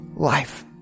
Life